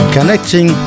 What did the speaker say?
Connecting